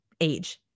age